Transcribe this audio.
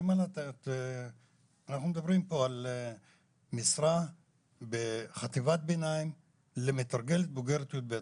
אני אומר לה אנחנו מדברים פה על משרה בחטיבת ביניים למתרגלת בוגרת י"ב.